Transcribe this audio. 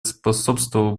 способствовал